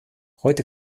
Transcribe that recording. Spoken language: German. heute